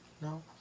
no